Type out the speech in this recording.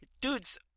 Dude's